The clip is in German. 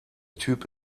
typ